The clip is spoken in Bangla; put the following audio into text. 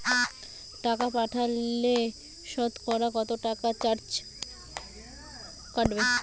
টাকা পাঠালে সতকরা কত টাকা চার্জ কাটবে?